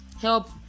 help